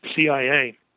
CIA